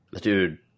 Dude